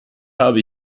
habe